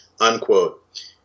Unquote